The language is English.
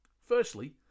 Firstly